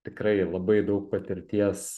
tikrai labai daug patirties